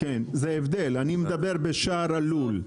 אני מדבר בשער הלול.